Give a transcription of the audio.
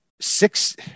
six –